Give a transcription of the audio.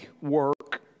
work